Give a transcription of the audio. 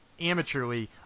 amateurly